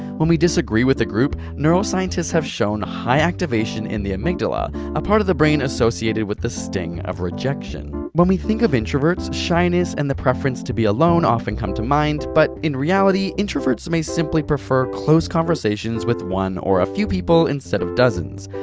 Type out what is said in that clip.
when we disagree with a group, neuroscientists have shown high activation in the amygdala a part of the brain associated with the sting of rejection. rejection. when we think of introverts, shyness and the preference to be alone often come to mind, but in reality, introverts may simply prefer close conversations with one or a few people, instead of dozens.